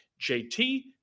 JT